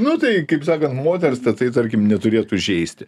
nu tai kaip sakant moters tatai tarkim neturėtų žeisti